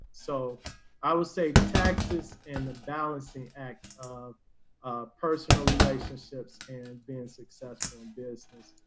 so i would say taxes and the balancing act of personal relationships and being successful in business.